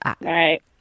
right